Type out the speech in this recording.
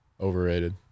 Overrated